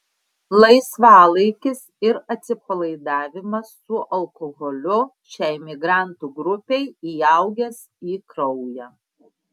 laisvalaikis ir atsipalaidavimas su alkoholiu šiai migrantų grupei įaugęs į kraują